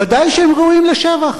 ודאי שהם ראויים לשבח.